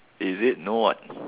is it no what